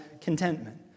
contentment